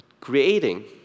creating